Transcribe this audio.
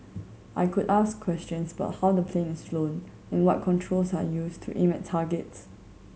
I could ask questions about how the plane is flown and what controls are used to aim at targets